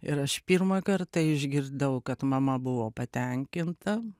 ir aš pirmą kartą išgirdau kad mama buvo patenkinta